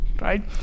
right